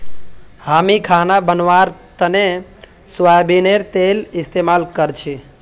हामी खाना बनव्वार तने सोयाबीनेर तेल इस्तेमाल करछी